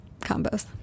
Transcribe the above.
combos